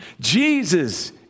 Jesus